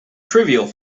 trivial